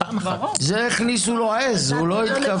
את זה הכניסו לו עז, הוא לא התכוון.